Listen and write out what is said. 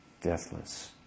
deathless